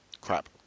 crap